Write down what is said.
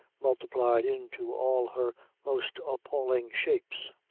multiplied into all her most appalling shapes.